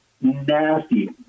nasty